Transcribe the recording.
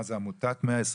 מה זה, עמותת 121?